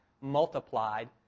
multiplied